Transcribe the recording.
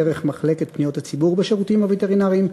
דרך מחלקת פניות הציבור בשירותים הווטרינריים,